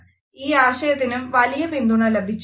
ഈ ആശയത്തിനും വലിയ പിന്തുണ ലഭിച്ചിട്ടുണ്ട്